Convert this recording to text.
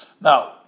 now